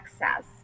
access